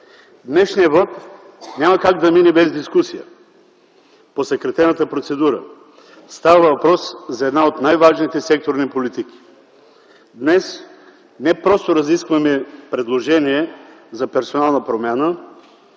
Днешният вот няма как да мине без дискусия – по съкратената процедура – става въпрос за една от най-важните секторни политики. Днес не просто разискваме предложение за персонална промяна,